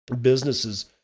Businesses